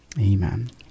Amen